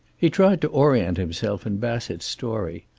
he tried to orient himself in bassett's story.